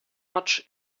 much